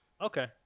Okay